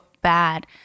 bad